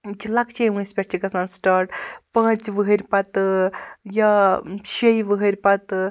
یہِ چھُ لَۄکچے وٲنٛسہِ پٮ۪ٹھ چھُ گَژھان سِٹارٹ پانٛژِ وہٕرۍ پَتہٕ یا شیٚیہِ وہٕرۍ پَتہٕ